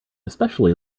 especially